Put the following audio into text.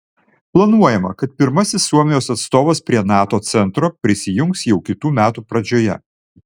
planuojama kad pirmasis suomijos atstovas prie nato centro prisijungs jau kitų metų pradžioje